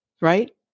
right